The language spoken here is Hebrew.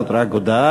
זאת רק הודעה,